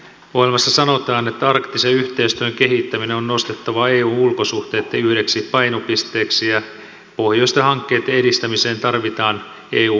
ohjelmassa sanotaan että arktisen yhteistyön kehittäminen on nostettava eun ulkosuhteitten yhdeksi painopisteeksi ja pohjoisten hankkeitten edistämiseen tarvitaan eun panosta